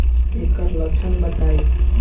एकर लक्षण बताई?